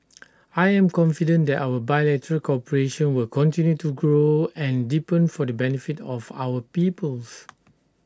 I am confident that our bilateral cooperation will continue to grow and deepen for the benefit of our peoples